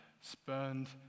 spurned